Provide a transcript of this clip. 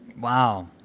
Wow